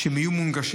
שהם יהיו מונגשים,